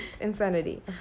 insanity